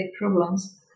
problems